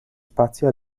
spazio